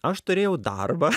aš turėjau darbą